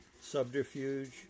subterfuge